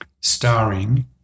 starring